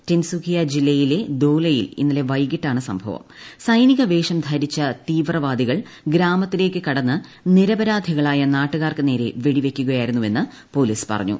ടിൻസ്ലൂക്കിയ ജില്ലയിലെ ദോലയിൽ ഇന്നലെ വൈകിട്ടാണ് സംഭൂപ്പ്പ് ഉസെനിക വേഷം ധരിച്ച തീവ്രവാദികൾ ഗ്രാമത്തില്ലേക്ക് ക്ടന്ന് നിരപരാധികളായ നാട്ടുകാർക്ക് നേരെ വെടിവെക്കുകൃയായിരുന്നുവെന്ന് പൊലീസ് പറഞ്ഞു